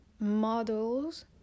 models